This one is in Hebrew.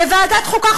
בוועדת חוקה,